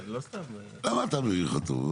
למה אתה מביך אותו?